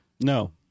No